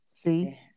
See